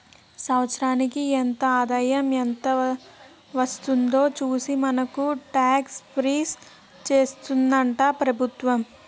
సంవత్సరానికి ఎంత ఆదాయం ఎంత వస్తుందో చూసి మనకు టాక్స్ ఫిక్స్ చేస్తుందట ప్రభుత్వం